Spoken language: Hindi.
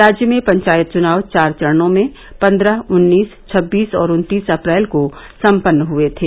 राज्य में पंचायत चुनाव चार चरणों में पन्द्रह उन्नीस छब्बीस और उन्तीस अप्रैल को सम्पन्न हुए थे